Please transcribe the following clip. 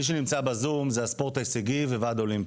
מי שנמצא בזום זה הספורט ההישגי וועד אולימפי.